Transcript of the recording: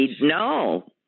No